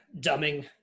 dumbing